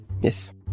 Yes